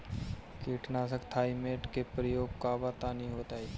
कीटनाशक थाइमेट के प्रयोग का बा तनि बताई?